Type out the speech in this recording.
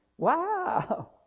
Wow